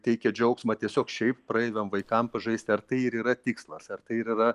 teikia džiaugsmą tiesiog šiaip praeiviam vaikam pažaisti ar tai ir yra tikslas ar tai ir yra